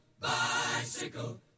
bicycle